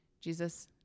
Jesus